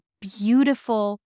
beautiful